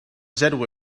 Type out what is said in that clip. zero